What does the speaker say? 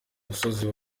musozi